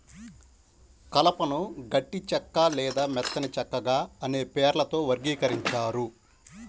కలపను గట్టి చెక్క లేదా మెత్తని చెక్కగా అనే పేర్లతో వర్గీకరించారు